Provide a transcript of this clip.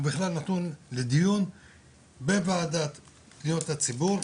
הוא בכלל נתון לדיון אחר לגמרי בוועדת פניות הציבור.